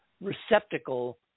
receptacle